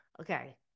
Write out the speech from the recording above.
Okay